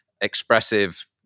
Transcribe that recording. expressive